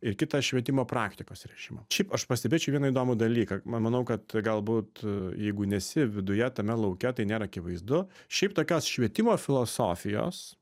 ir kitą švietimo praktikos režimą šiaip aš pastebėčiau vieną įdomų dalyką manau kad galbūt jeigu nesi viduje tame lauke tai nėra akivaizdu šiaip tokios švietimo filosofijos